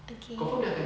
okay